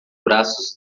braços